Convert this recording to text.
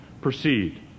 proceed